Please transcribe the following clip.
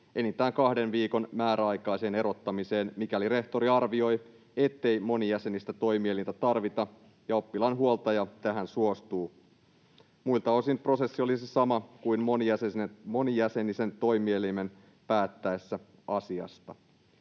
enintään kahden viikon määräaikaiseen erottamiseen, mikäli rehtori arvioi, ettei monijäsenistä toimielintä tarvita ja oppilaan huoltaja tähän suostuu. Muilta osin prosessi olisi sama kuin monijäsenisen toimielimen päättäessä asiasta.